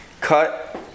cut